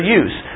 use